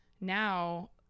now